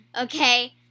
Okay